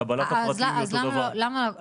קבלת הפרטים היא אותו דבר.